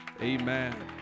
amen